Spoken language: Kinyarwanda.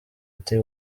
ati